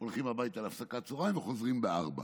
הולכים הביתה להפסקת צוהריים וחוזרים ב-16:00.